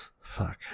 fuck